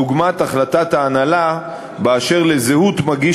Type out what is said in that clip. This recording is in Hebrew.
דוגמת החלטת ההנהלה באשר לזהות מגיש